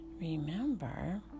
remember